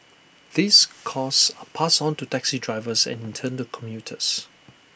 these costs are passed on to taxi drivers and in turn to commuters